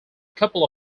couple